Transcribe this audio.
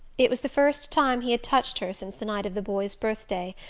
it was the first time he had touched her since the night of the boy's birthday,